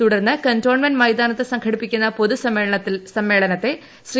തുടർന്ന് കന്റോൺമെന്റ് മൈതാനത്ത് സംഘടിപ്പിക്കുന്ന പൊതു സമ്മേളനത്തെ ശ്രീ